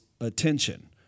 attention